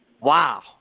Wow